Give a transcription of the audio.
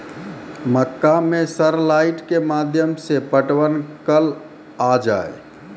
मक्का मैं सर लाइट के माध्यम से पटवन कल आ जाए?